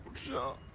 shall